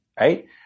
Right